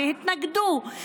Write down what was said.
התנגדו,